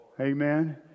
Amen